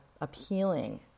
appealing